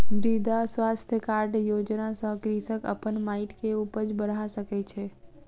मृदा स्वास्थ्य कार्ड योजना सॅ कृषक अपन माइट के उपज बढ़ा सकै छै